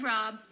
Rob